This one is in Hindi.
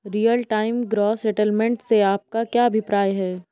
रियल टाइम ग्रॉस सेटलमेंट से आपका क्या अभिप्राय है?